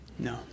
No